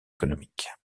économiques